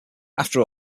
after